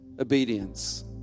obedience